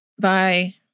Bye